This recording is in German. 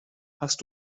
hast